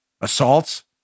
assaults